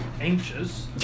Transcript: anxious